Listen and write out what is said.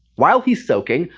while he's soaking,